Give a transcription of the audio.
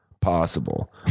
possible